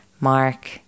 Mark